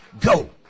go